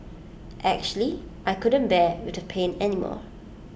actually I couldn't bear with the pain anymore